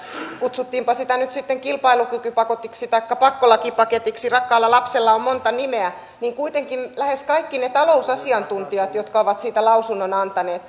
kutsuttiinpa sitä nyt sitten kilpailukykypaketiksi taikka pakkolakipaketiksi rakkaalla lapsella on monta nimeä niin kuitenkin lähes kaikki ne talousasiantuntijat jotka ovat siitä lausunnon antaneet